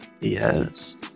Yes